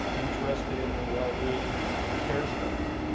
interested in their well-being and cares about them.